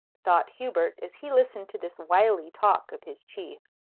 thought hubert, as he listened to this wily talk of his chief.